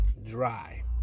Dry